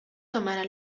tomará